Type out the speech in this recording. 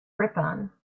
ripon